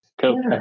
cool